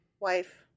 wife